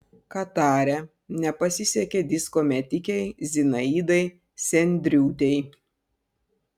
katare nepasisekė disko metikei zinaidai sendriūtei